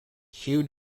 hugh